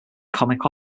comic